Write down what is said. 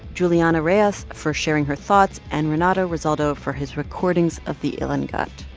juliana reyes for sharing her thoughts and renato rosaldo for his recordings of the ilongot.